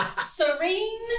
Serene